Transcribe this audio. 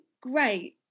great